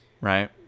right